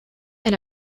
and